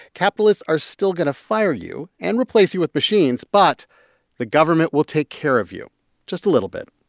capitalists are still going to fire you and replace you with machines, but the government will take care of you just a little bit.